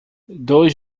dois